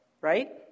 right